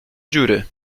dziury